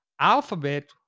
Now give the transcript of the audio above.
Alphabet